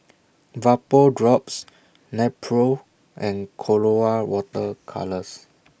Vapodrops Nepro and Colora Water Colours